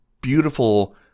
beautiful